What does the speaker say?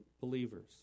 believers